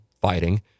fighting